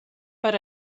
per